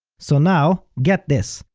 so now, get this,